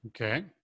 Okay